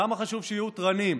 למה חשוב שיהיו תרנים?